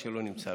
לא נמצא.